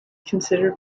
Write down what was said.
considered